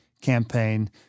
campaign